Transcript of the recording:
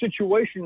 situation